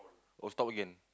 oh stop again